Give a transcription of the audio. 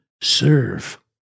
serve